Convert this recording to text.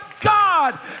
God